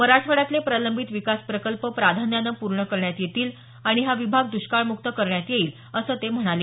मराठवाड्यातले प्रलंबित विकास प्रकल्प प्राधान्यानं पूर्ण करण्यात येतील आणि हा विभाग द्ष्काळ मुक्त करण्यात येईल असं ते म्हणाले